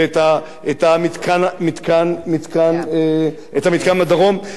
ואת המתקן בדרום,